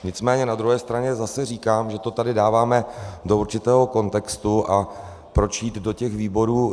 Nicméně na druhé straně zase říkám, že to tady dáváme do určitého kontextu a proč jít do těch výborů.